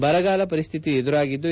ಬರಗಾಲ ಪರಿಸ್ಥಿತಿ ಎದುರಾಗಿದ್ದು